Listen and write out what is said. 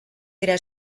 dira